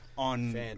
On